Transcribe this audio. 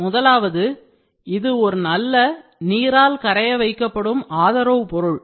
முதலாவது இது ஒரு நல்ல நீரால் கரைய வைக்கப்படும் ஆதரவு பொருள்